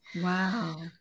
Wow